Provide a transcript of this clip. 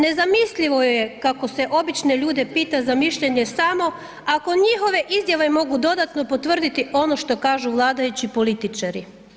Nezamislivo je kako se obične ljude pita za mišljenje samo ako njihove izjave mogu dodatno potvrditi ono što kažu vladajući i političari.